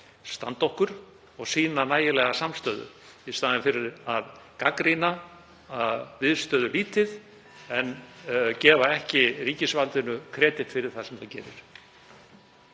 standa okkur og sýna nægilega samstöðu í staðinn fyrir að gagnrýna viðstöðulítið en gefa ríkisvaldinu ekki kredit fyrir það sem það gerir.